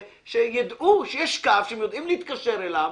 שידעו שיש קו שהם יודעים להתקשר אליו.